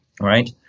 right